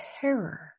terror